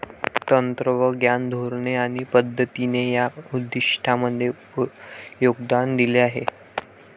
तत्त्वज्ञान, धोरणे आणि पद्धतींनी या उद्दिष्टांमध्ये योगदान दिले आहे